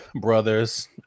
brothers